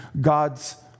God's